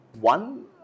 One